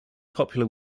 popular